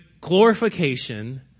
glorification